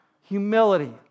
humility